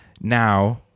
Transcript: now